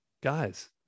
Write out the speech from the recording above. Guys